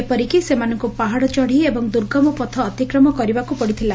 ଏପରିକି ସେମାନଙ୍କୁ ପାହାଡ଼ ଚଢ଼ି ଏବଂ ଦୁର୍ଗମ ପଥ ଅତିକ୍ରମ କରିବାକୁ ପଡ଼ିଥିଲା